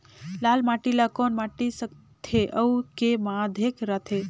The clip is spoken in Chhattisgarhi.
लाल माटी ला कौन माटी सकथे अउ के माधेक राथे?